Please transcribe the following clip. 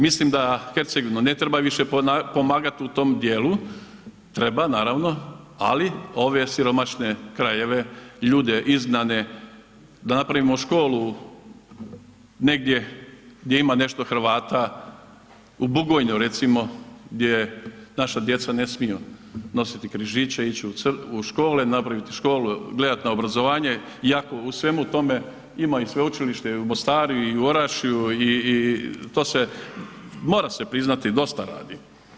Mislim da Hercegovinu ne treba više pomagati u tom dijelu, treba, naravno ali ove siromašne krajeve, ljude, ... da napravimo školu negdje gdje ima nešto Hrvata, u Bugojnu recimo gdje naša djeca ne smiju nositi križiće, ići u škole, napraviti školu, gledati na obrazovanje iako u svemu tome ima i Sveučilište i u Mostaru i u Orašju i to se, mora se priznati dosta radi.